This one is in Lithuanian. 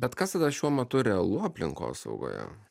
bet kas tada šiuo metu realu aplinkosaugoje